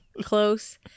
close